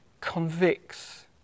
convicts